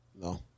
No